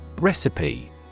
Recipe